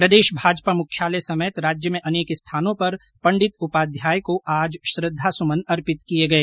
प्रदेश भाजपा मुख्यालय समेत राज्य में भी अनेक स्थानों पर पंडित उपाध्याय को आज श्रद्धासुमन अर्पित किए गए